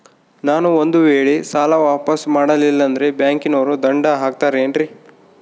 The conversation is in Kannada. ನಾನು ಒಂದು ವೇಳೆ ಸಾಲ ವಾಪಾಸ್ಸು ಮಾಡಲಿಲ್ಲಂದ್ರೆ ಬ್ಯಾಂಕನೋರು ದಂಡ ಹಾಕತ್ತಾರೇನ್ರಿ?